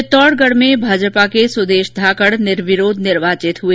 चित्तोड़गढ़ में भाजपा के सुदेश धाकड़ निर्विरोध निर्वाचित हुए